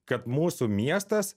kad mūsų miestas